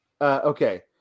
okay